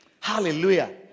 Hallelujah